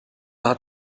hat